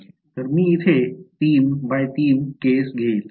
तर मी इथे 3 बाय 3 केस घेईन